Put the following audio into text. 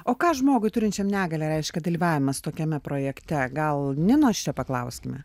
o ką žmogui turinčiam negalią reiškia dalyvavimas tokiame projekte gal ninos čia paklauskime